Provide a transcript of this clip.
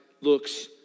looks